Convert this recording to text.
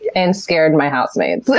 and scared my housemates.